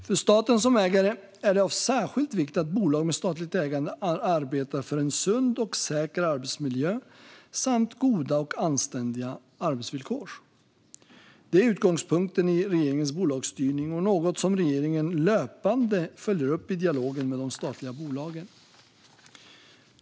För staten som ägare är det av särskild vikt att bolag med statligt ägande arbetar för en sund och säker arbetsmiljö samt goda och anständiga arbetsvillkor. Det är utgångspunkten i regeringens bolagsstyrning och något som regeringen löpande följer upp i dialog med de statliga bolagen.